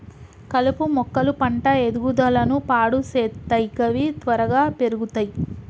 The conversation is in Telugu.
కలుపు మొక్కలు పంట ఎదుగుదలను పాడు సేత్తయ్ గవి త్వరగా పెర్గుతయ్